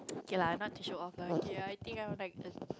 K lah not to show off lah okay I think I will like this